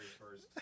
first